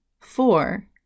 Four